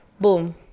Boom